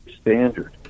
standard